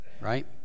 right